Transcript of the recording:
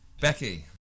becky